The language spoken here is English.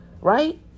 right